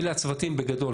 אלה הצוותים בגדול.